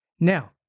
now